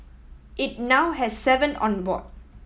it now has seven on board